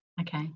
okay